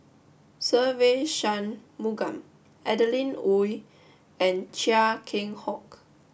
Se Ve Shanmugam Adeline Ooi and Chia Keng Hock